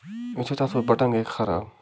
یُتھُے تَتھ وۄنۍ بَٹَن گٔے خراب